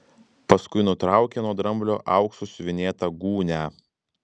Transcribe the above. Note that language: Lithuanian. paskui nutraukė nuo dramblio auksu siuvinėtą gūnią